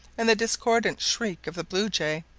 and the discordant shriek of the blue jay,